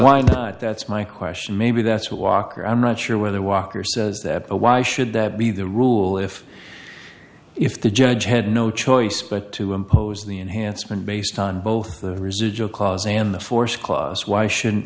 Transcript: wine that's my question maybe that's walker i'm not sure whether walker says that but why should that be the rule if if the judge had no choice but to impose the enhancement based on both the residual clause and the forced clause why shouldn't